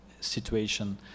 situation